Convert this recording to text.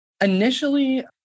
Initially